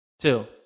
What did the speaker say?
Two